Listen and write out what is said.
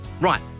Right